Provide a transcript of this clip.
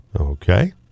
Okay